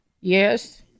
Yes